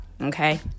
okay